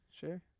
Sure